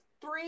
three